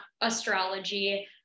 astrology